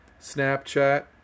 Snapchat